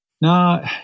No